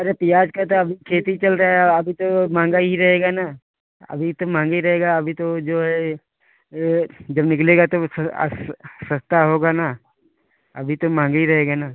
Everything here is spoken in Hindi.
अरे प्याज का तो अभी खेती चल रहा है अभी तो महंगा ही रहेगा न अभी तो महंगा ही रहेगा अभी तो जो है जब निकलेगा तब सस्ता होगा न अभी तो महंगा ही रहेगा न